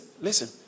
listen